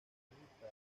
comunista